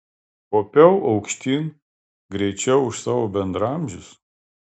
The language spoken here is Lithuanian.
kopiau aukštyn greičiau už savo bendraamžius